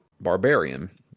barbarian